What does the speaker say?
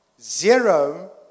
zero